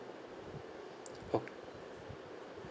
ok